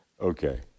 Okay